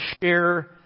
share